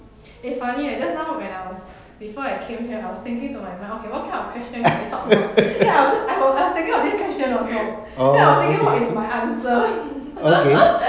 eh funny leh just now when I was before I came here I was thinking to myself okay what kind of question should we talk about then I wa~ j~ I wa~ I was thinking about this question also then I was thinking what is my answer